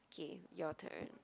okay your turn